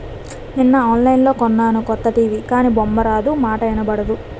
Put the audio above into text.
నిన్న ఆన్లైన్లో కొన్నాను కొత్త టీ.వి గానీ బొమ్మారాదు, మాటా ఇనబడదు